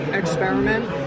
experiment